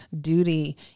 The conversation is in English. duty